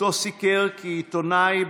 שאותו סיקר כעיתונאי בפאריז.